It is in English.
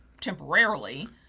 temporarily